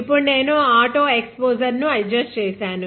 ఇప్పుడు నేను auto exposure ను అడ్జస్ట్ చేశాను